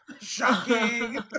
Shocking